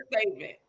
statement